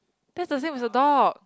that's the same as the dog